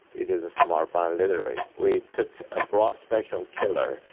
it is a smart bomb literally. we took a broad spectrum killer,